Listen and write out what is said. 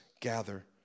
gather